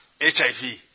HIV